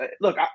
look